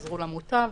וחזרו למוטב.